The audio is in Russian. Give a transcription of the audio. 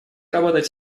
работать